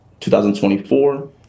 2024